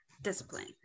discipline